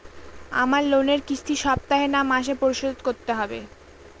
আমার লোনের কিস্তি সপ্তাহে না মাসে পরিশোধ করতে হবে?